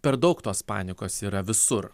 per daug tos panikos yra visur